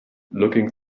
looking